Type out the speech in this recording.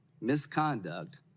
misconduct